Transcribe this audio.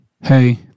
Hey